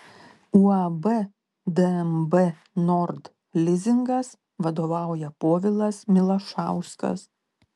uab dnb nord lizingas vadovauja povilas milašauskas